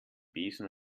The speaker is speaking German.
besen